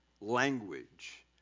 language